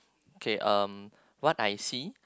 kay um what I see